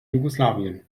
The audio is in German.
jugoslawien